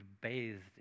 bathed